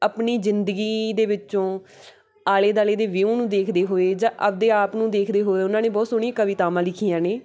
ਆਪਣੀ ਜ਼ਿੰਦਗੀ ਦੇ ਵਿੱਚੋਂ ਆਲੇ ਦੁਆਲੇ ਦੇ ਵਿਊ ਨੂੰ ਦੇਖਦੇ ਹੋਏ ਜਾਂ ਆਪਣੇ ਆਪ ਨੂੰ ਦੇਖਦੇ ਹੋਏ ਉਹਨਾਂ ਨੇ ਬਹੁਤ ਸੋਹਣੀਆਂ ਕਵਿਤਾਵਾਂ ਲਿਖੀਆਂ ਨੇ